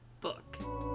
book